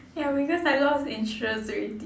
ya because I lost interest alread~